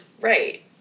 Right